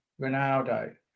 Ronaldo